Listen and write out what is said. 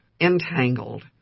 entangled